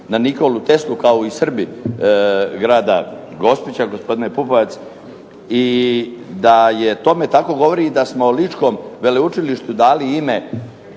na Nikolu Teslu kao i Srbi grada Gospića gospodine Pupovac. I da je tome tako govori da smo ličkom veleučilištu dali ime